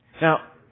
Now